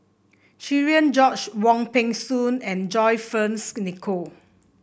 Cherian George Wong Peng Soon and John Fearns Nicoll